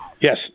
Yes